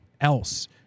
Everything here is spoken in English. else